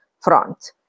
front